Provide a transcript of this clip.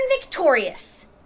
victorious